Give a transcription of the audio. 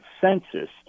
census